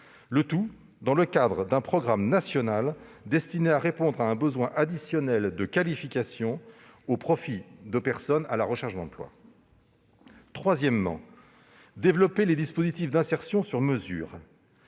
Le tout dans le cadre d'un programme national destiné à répondre à un besoin additionnel de qualification au profit de personnes en recherche d'emploi. Troisièmement, développer les dispositifs d'insertion sur mesure,